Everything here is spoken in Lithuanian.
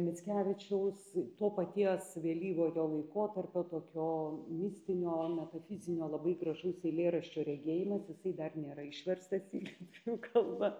mickevičiaus to paties vėlyvojo laikotarpio tokio mistinio metafizinio labai gražaus eilėraščio regėjimas jisai dar nėra išverstas į lietuvių kalbą